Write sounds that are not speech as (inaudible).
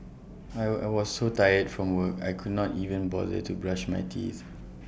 I will I was so tired from work I could not even bother to brush my teeth (noise)